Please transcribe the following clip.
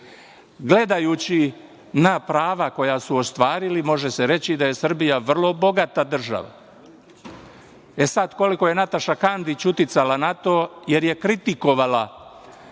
Gledajući na prava koja su ostvarili može se reći da je Srbija vrlo bogata država. Koliko je Nataša Kandić uticala na to jer je kritikovala